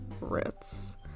Ritz